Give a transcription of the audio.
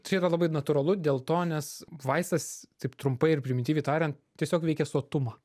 čia yra labai natūralu dėl to nes vaistas taip trumpai ir primityviai tariant tiesiog veikia sotumą